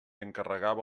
encarregava